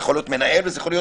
זה יכול להיות המנהל, המעסיק